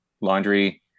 laundry